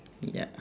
ya